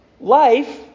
life